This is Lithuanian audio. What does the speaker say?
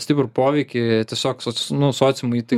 stiprų poveikį tiesiog soc nu sociumui tai